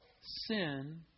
sin